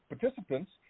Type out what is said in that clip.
participants